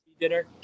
dinner